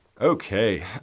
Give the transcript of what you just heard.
Okay